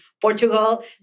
Portugal